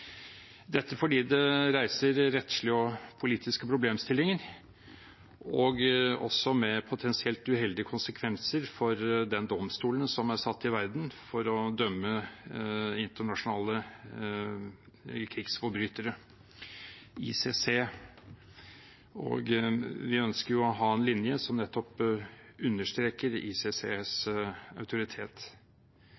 dette fordi det reiser rettslige og politiske problemstillinger og også har potensielt uheldige konsekvenser for den domstolen som er satt til verden for å dømme internasjonale krigsforbrytere, ICC. Vi ønsker jo å ha en linje som nettopp understreker ICCs